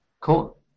Cool